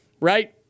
right